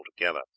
altogether